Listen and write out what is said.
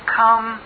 come